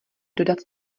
dodat